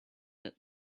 that